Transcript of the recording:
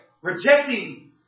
rejecting